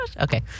okay